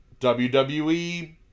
WWE